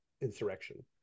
insurrection